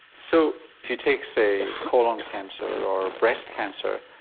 so if you take, say, colon cancer or breast cancer,